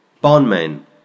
bondmen